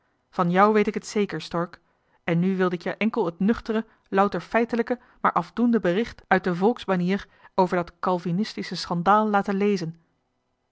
van jou weet ik het zeker stork en nu wilde ik je enkel het nuchtere louter feitelijke maar afdoende bericht uit de volksbanier over dat kalvinistisch schandaal laten lezen